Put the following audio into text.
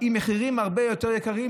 עם מחירים הרבה יותר יקרים,